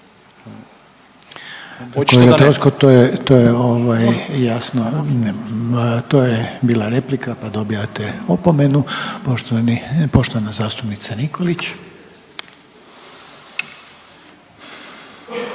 to je bila replika pa dobijate opomenu. Poštovana zastupnica Nikolić.